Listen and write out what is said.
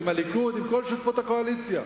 עם הליכוד ועם כל שותפות הקואליציה.